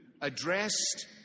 addressed